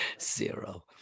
Zero